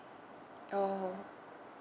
oh